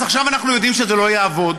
אז עכשיו אנחנו יודעים שזה לא יעבוד,